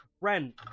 Rent